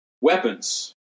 weapons